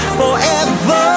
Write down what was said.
forever